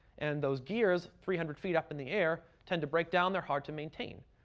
and those gears, three hundred feet up in the air, tend to break down, they're hard to maintain.